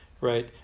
right